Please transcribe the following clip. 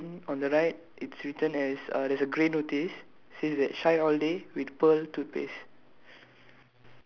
blue blue blue then on the right it's written as uh there's a grey notice it says shine all day with pearl toothpaste